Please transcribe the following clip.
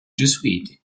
gesuiti